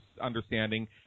understanding